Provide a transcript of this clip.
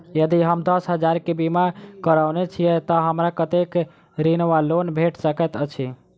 यदि हम दस हजार केँ बीमा करौने छीयै तऽ हमरा कत्तेक ऋण वा लोन भेट सकैत अछि?